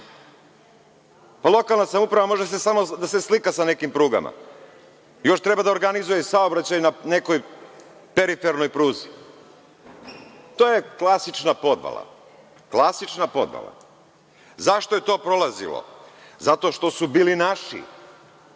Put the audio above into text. Lokalna samouprava može samo da se slika sa nekim prugama, još treba da organizuje i saobraćaj na nekoj teritorijalnoj pruzi. To je klasična podvala. Zašto je to prolazilo? Zato što su bili naši,